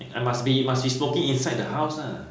I must be must be smoking inside the house lah